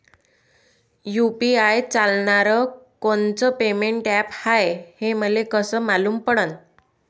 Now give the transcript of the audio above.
UPI चालणारं कोनचं payment app हाय, हे मले कस मालूम पडन?